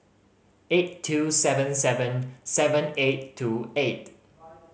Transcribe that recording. eight two seven seven seven eight two eight